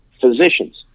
physicians